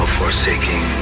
forsaking